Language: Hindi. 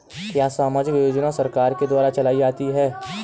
क्या सामाजिक योजना सरकार के द्वारा चलाई जाती है?